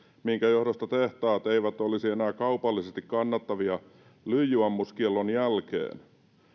minkä johdosta tehtaat eivät olisi enää kaupallisesti kannattavia lyijyammuskiellon jälkeen